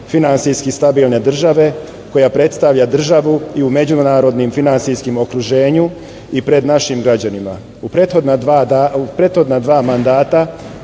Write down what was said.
finansijski stabilne države, koja predstavlja državu i u međunarodnom finansijskom okruženju i pred našim građanima.U prethodna dva mandata